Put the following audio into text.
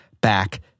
back